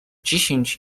dziesięć